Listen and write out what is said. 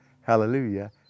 hallelujah